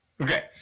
Okay